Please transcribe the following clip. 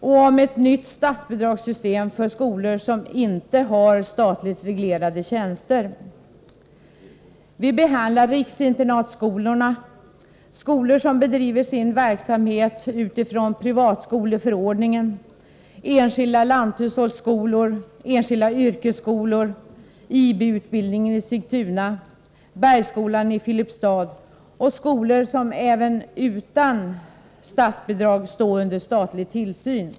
Fru talman! Vi började behandlingen av detta ärende i onsdags och får ta vid där vi då slutade. Riksdagen har tidigare fattat beslut om fristående skolor på grundskolenivå. Med fristående skolor avses sådana skolor som har annan huvudman än 59 stat och kommun. I dag behandlar vi utbildningsutskottets betänkande om fristående skolor för elever på gymnasial nivå. Förslagen i propositionen, som ligger till grund för betänkandet, avser bl.a. villkoren för statligt stöd till sådana skolor och ett nytt statsbidragssystem för skolor som inte har statligt reglerade tjänster. Vi behandlar riksinternatskolorna, skolor som bedriver sin verksamhet utifrån privatskoleförordningen, enskilda lanthushållsskolor, enskilda yrkesskolor, IB-utbildningen i Sigtuna, Bergsskolan i Filipstad och skolor som även utan statsbidrag står under statlig tillsyn.